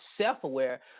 self-aware